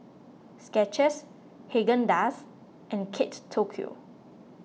Skechers Haagen Dazs and Kate Tokyo